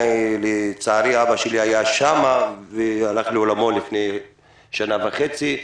לצערי, אבא שלי היה שם והלך לעולמו לפני שנה וחצי.